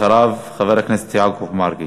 אחריו, חבר הכנסת יעקב מרגי.